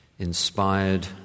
inspired